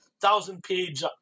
thousand-page